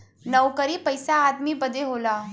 नउकरी पइसा आदमी बदे होला